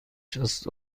شصت